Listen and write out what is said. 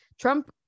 Trump